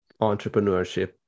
entrepreneurship